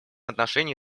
отношении